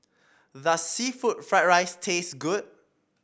does seafood Fried Rice taste good